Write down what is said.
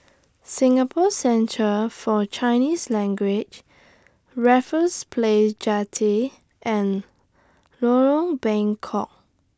Singapore Centre For Chinese Language Raffles Place Jetty and Lorong Bengkok